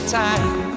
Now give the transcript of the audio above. time